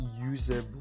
usable